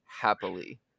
Happily